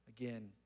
Again